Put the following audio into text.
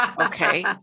Okay